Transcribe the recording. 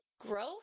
growth